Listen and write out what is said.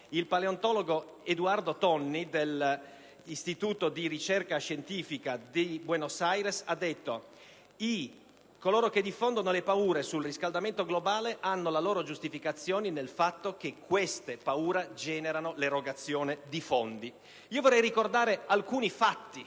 del paleontologo Eduardo Tonni, dell'Istituto di ricerca scientifica di Buenos Aires, secondo cui: «Coloro che diffondono paure sul riscaldamento globale trovano la loro giustificazione nel fatto che queste paure generano l'erogazione di fondi».